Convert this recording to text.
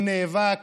הוא נאבק